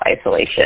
isolation